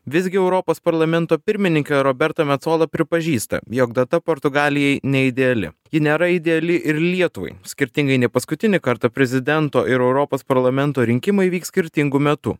visgi europos parlamento pirmininkė roberta metsola pripažįsta jog data portugalijai neideali ji nėra ideali ir lietuvai skirtingai nei paskutinį kartą prezidento ir europos parlamento rinkimai vyks skirtingu metu